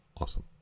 awesome